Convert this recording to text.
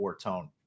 Tone